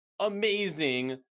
amazing